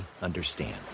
understand